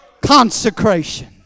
consecration